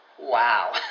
Wow